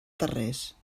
tarrés